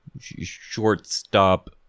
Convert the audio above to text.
shortstop